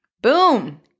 boom